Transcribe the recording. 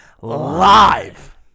live